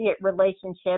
relationship